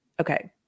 Okay